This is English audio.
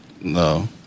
No